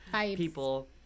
people